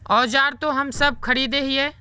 औजार तो हम सब खरीदे हीये?